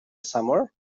somewhere